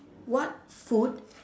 what food